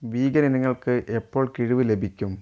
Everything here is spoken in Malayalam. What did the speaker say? വീഗൻ ഇനങ്ങൾക്ക് എപ്പോൾ കിഴിവ് ലഭിക്കും